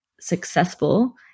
successful